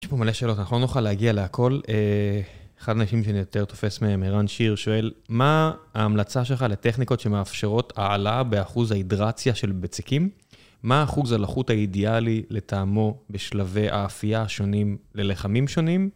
יש פה מלא שאלות, אנחנו לא נוכל להגיע להכל. אחד האנשים שאני יותר תופס מהם, ערן שיר, שואל, מה ההמלצה שלך לטכניקות שמאפשרות העלאה באחוז ההידרציה של בצקים? מה אחוז הלחות האידיאלי לטעמו בשלבי האפייה של לחמים שונים?